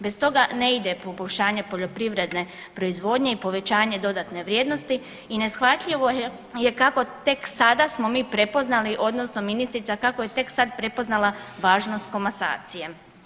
Bez toga ne ide poboljšanje poljoprivredne proizvodnje i povećanje dodatne vrijednosti i neshvatljivo je kako tek sada smo mi prepoznali odnosno ministrica kako je tek sad prepoznala važnost komasacije.